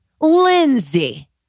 Lindsay